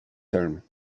term